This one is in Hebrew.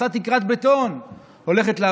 פרצה תקרת בטון,